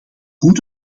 goed